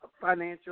Financial